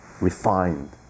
refined